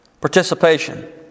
Participation